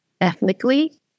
ethnically